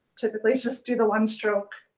typically, just do the one stroke